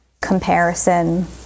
comparison